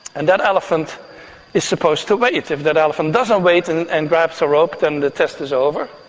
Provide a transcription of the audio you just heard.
and that elephant is supposed to wait. if if that elephant doesn't wait and and grabs the rope, then the test is over.